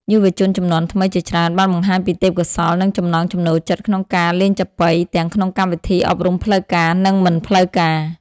យុវជនជំនាន់ថ្មីជាច្រើនបានបង្ហាញពីទេពកោសល្យ និងចំណង់ចំណូលចិត្តក្នុងការលេងចាប៉ី ទាំងក្នុងកម្មវិធីអប់រំផ្លូវការ និងមិនផ្លូវការ។